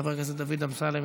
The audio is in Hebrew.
חבר הכנסת דוד אמסלם,